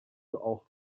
auch